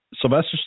Sylvester